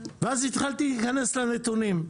ואז התחלתי להיכנס לנתונים.